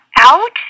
out